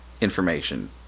information